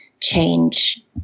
change